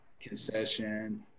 concession